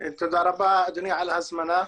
תודה רבה, אדוני, על ההזמנה.